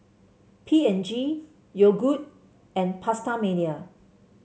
P and G Yogood and PastaMania